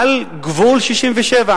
על גבול 1967,